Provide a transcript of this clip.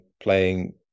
playing